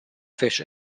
fish